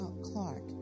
Clark